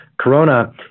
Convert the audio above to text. Corona